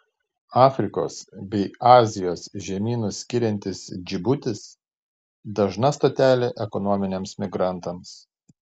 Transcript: afrikos bei azijos žemynus skiriantis džibutis dažna stotelė ekonominiams migrantams